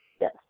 Yes